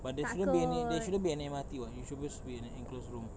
but there shouldn't any there shouldn't be any M_R_T [what] you're supposed to be in an enclosed room